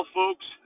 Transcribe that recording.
folks